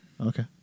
Okay